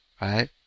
Right